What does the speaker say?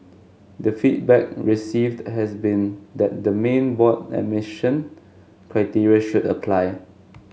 the feedback received has been that the main board admission criteria should apply